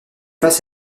face